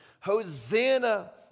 Hosanna